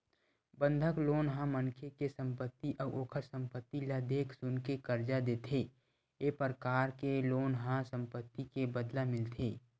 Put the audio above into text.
बंधक लोन ह मनखे के संपत्ति अउ ओखर संपत्ति ल देख सुनके करजा देथे ए परकार के लोन ह संपत्ति के बदला मिलथे